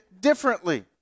differently